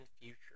future